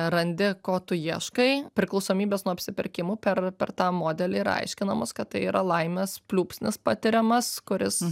randi ko tu ieškai priklausomybės nuo apsipirkimų per per tą modelį yra aiškinamos kad tai yra laimės pliūpsnis patiriamas kuris